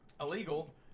Illegal